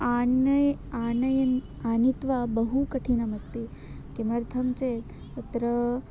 आनयने आनयन् आनीय बहु कठिनमस्ति किमर्थं चेत् अत्र